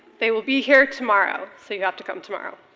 they will be here tomorrow, so you have to come tomorrow.